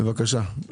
בבקשה.